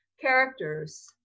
characters